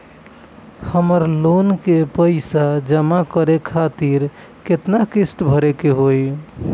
हमर लोन के पइसा जमा करे खातिर केतना किस्त भरे के होई?